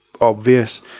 obvious